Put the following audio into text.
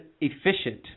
efficient